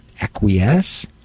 acquiesce